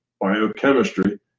biochemistry